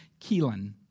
Keelan